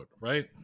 right